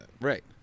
right